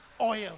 oil